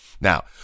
Now